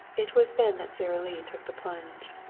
it was then that sara lee took the plunge.